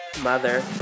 mother